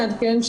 אעדכן,